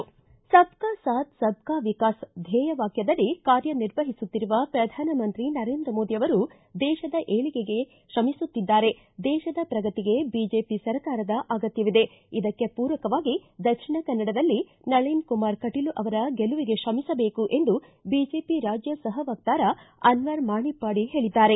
ಸಬ್ ಕಾ ಸಾಥ್ ಸಬ್ ಕಾ ವಿಕಾಸ್ ಧ್ಯೇಯವಾಕ್ಯದಡಿ ಕಾರ್ಯ ನಿರ್ವಹಿಸುತ್ತಿರುವ ಪ್ರಧಾನಮಂತ್ರಿ ನರೇಂದ್ರ ಮೋದಿ ಅವರು ದೇಶದ ಏಳಿಗೆಗೆ ಶ್ರಮಿಸುತ್ತಿದ್ದಾರೆ ದೇಶದ ಪ್ರಗತಿಗೆ ಬಿಜೆಪಿ ಸರ್ಕಾರದ ಅಗತ್ಯವಿದೆ ಇದಕ್ಕೆ ಪೂರಕವಾಗಿ ದಕ್ಷಿಣ ಕನ್ನಡದಲ್ಲಿ ನಳಿನ್ ಕುಮಾರ್ ಕಟೀಲು ಅವರ ಗೆಲುವಿಗೆ ಶ್ರಮಿಸಬೇಕು ಎಂದು ಬಿಜೆಪಿ ರಾಜ್ಯ ಸಹ ವಕ್ತಾರ ಅನ್ವರ್ ಮಾಣಿಪ್ಪಾಡಿ ಹೇಳಿದ್ದಾರೆ